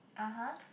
(uh huh)